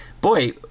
boy